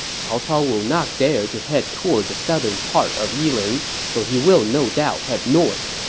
cao cao will not dare to head toward the southern part of yiling, so he will no doubt head north.